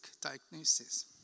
diagnosis